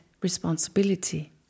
responsibility